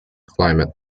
climate